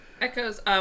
echoes